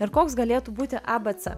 ir koks galėtų būti abc